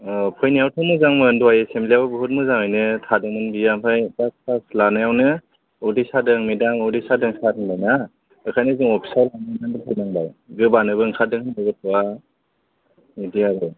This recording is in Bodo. औ फैनायावसो मोजांमोन दहाय एसेमब्लियाव बुहुथ मोजाङैनो थादोंमोन बियो ओमफ्राय दा क्लास लानायावनो उदै सादों मेदाम उदै सादों सार होनबायना बेखायनो जों अफिसआव लाबोनानै दोनफैनांबाय गोबानोबो ओंखारदों होनदों गथ'आ बिदि आरो